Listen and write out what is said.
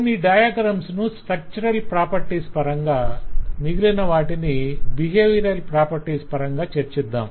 కొన్ని డయాగ్రమ్స్ ను structural properties పరంగా మిగిలనవాటిని బిహేవియరల్ ప్రాపర్టీస్ పరంగా చర్చిద్ధాం